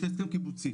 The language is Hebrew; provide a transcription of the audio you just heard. יש הסכם קיבוצי